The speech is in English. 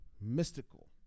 mystical